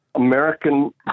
American